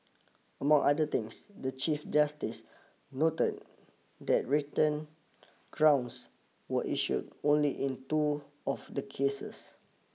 among other things the Chief Justice noted that written grounds were issued only in two of the cases